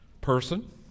person